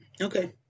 Okay